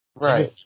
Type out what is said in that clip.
Right